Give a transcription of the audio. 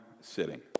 sitting